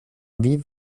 wie